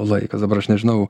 laikas dabar aš nežinau